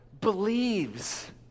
believes